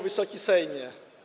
Wysoki Sejmie!